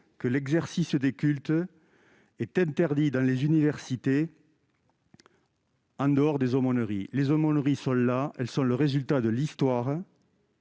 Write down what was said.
lequel l'exercice des cultes est interdit dans les universités en dehors des aumôneries. Les aumôneries existent, elles sont le produit de l'histoire,